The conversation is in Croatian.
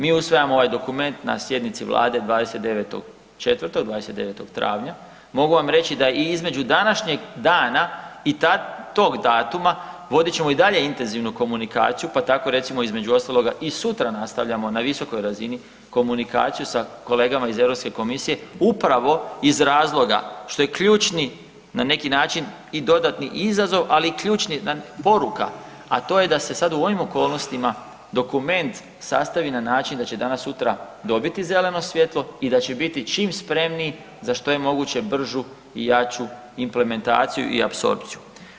Mi usvajamo ovaj dokument na sjednici Vlade 29.4., 29.travnja, mogu vam reći da i između današnjeg dana i tad tog datuma, vodit ćemo i dalje intenzivnu komunikaciju, pa tako recimo između ostaloga i sutra nastavljamo na visokoj razini komunikaciju sa kolegama iz Europske komisije upravo iz razloga što je ključni na neki način i dodatni izazov, ali i ključna poruka, a to je da se sad u ovim okolnostima dokument sastavi na način da će danas sutra dobiti zeleno svjetlo i da će biti čim spremniji za što je moguću bržu i jaču implementaciju i apsorpciju.